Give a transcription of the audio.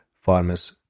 farmer's